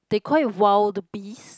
they call it wild beast